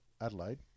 Adelaide